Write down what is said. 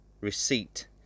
receipt